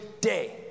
day